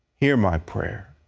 hear my prayer.